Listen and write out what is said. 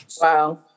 Wow